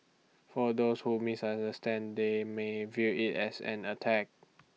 for those who misunderstand they may view IT as an attack